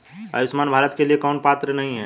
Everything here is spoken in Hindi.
आयुष्मान भारत के लिए कौन पात्र नहीं है?